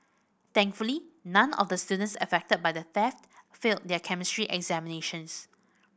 thankfully none of the students affected by the theft failed their Chemistry examinations